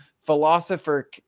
philosopher